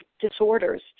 disorders